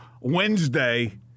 Wednesday